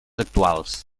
actuals